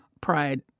pride